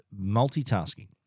multitasking